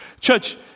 Church